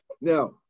Now